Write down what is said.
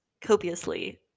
copiously